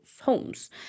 homes